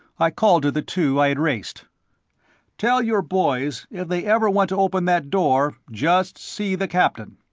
i called to the two i had raced tell your boys if they ever want to open that door, just see the captain.